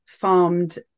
farmed